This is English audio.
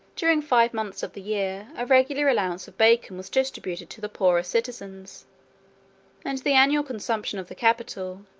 during five months of the year, a regular allowance of bacon was distributed to the poorer citizens and the annual consumption of the capital,